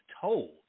told